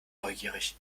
neugierig